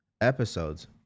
episodes